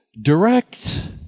direct